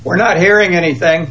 we're not hearing anything